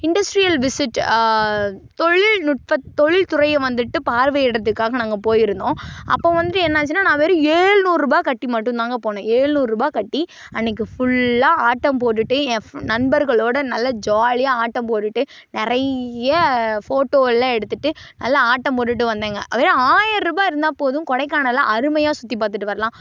industrial visit தொழில்நுட்ப தொழில்துறையை வந்துவிட்டு பார்வையிடுறத்துக்காக நாங்கள் போயிருத்தோம் அப்போ வந்து என்ன ஆச்சுன்னா நான் வெறும் ஏழ்நூறுரூபா கட்டிமட்டும்தாங்க போனேன் ஏழ்நூறுரூபா கட்டி அன்ன்றைக்கு ஃபுல்லாக ஆட்டம் போட்டுவிட்டு ஏன் நண்பர்களோட நல்லா ஜாலியாக ஆட்டம் போட்டுவிட்டு நிறைய ஃபோட்டோ எல்லாம் எடுத்துவிட்டு நல்லா ஆட்டம் போட்டுவிட்டு வந்தேங்க அதுவே ஆயிர்ரூபா இருந்த போதும் கொடைக்கானலை அருமையாக சுற்றிப்பாத்துட்டு வரலாம்